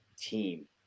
team